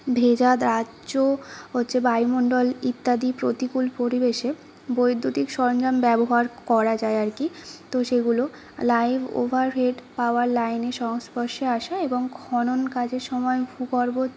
ভেজা দাহ্য হচ্ছে বায়ুমণ্ডল ইত্যাদি প্রতিকূল পরিবেশে বৈদ্যুতিক সরঞ্জাম ব্যবহার করা যায় আর কী তো সেগুলো লাইভ ওভারহেড পাওয়ার লাইনের সংস্পর্শে আসে এবং খনন কাজের সময় ভূগর্ভ